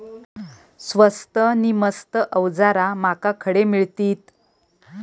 स्वस्त नी मस्त अवजारा माका खडे मिळतीत?